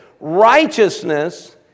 Righteousness